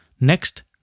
Next